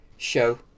show